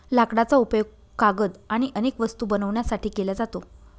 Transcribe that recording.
लाकडाचा उपयोग कागद आणि अनेक वस्तू बनवण्यासाठी केला जातो